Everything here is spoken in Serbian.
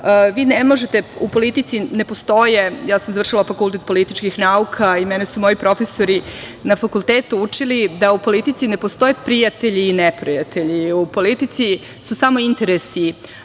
godine, do sada.U politici ne postoje, ja sam završila Fakultet političkih nauka i mene su moji profesori na fakultetu učili da u politici ne postoje prijatelji i neprijatelji, nego su u politici samo interesi